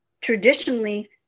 traditionally